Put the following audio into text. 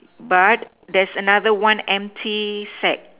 but there's another one empty sack